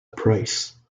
price